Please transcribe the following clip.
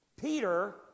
Peter